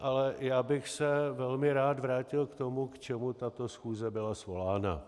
Ale já bych se velmi rád vrátil k tomu, k čemu tato schůze byla svolána.